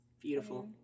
Beautiful